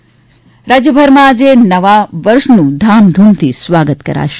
નવું વર્ષ રાજ્યભરમાં આજે નવા વર્ષનું ધામધુમથી સ્વાગત કરાશે